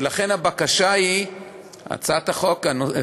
ולכן הבקשה בהצעת החוק היא,